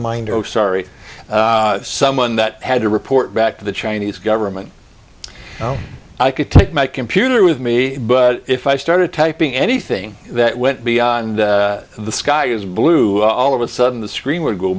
mind oh sorry someone that had to report back to the chinese government i could take my computer with me but if i started typing anything that went beyond the sky is blue all of a sudden